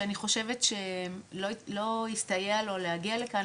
שאני חושבת שלא הסתייע לנציג להגיע לכאן,